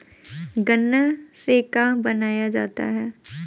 गान्ना से का बनाया जाता है?